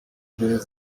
gereza